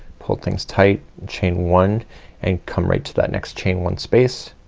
pull things tight, chain one and come right to that next chain one space